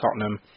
Tottenham